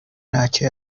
ntacyo